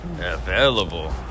Available